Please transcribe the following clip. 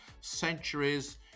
centuries